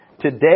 today